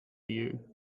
you